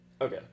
Okay